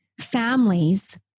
families